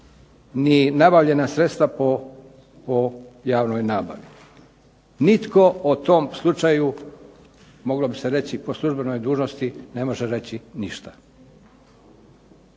ni nabavljena sredstva po javnoj nabavi. Nitko o tom slučaju, moglo bi se reći i po službenoj dužnosti, ne može reći ništa.